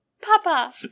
Papa